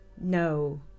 no